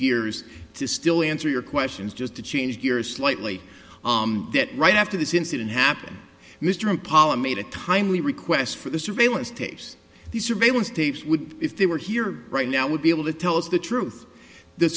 gears to still answer your questions just to change gears slightly right after this incident happened mr impala made a timely request for the surveillance tapes the surveillance tapes would if they were here right now would be able to tell us the truth the